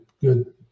good